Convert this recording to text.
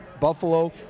Buffalo